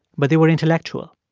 but they were intellectual.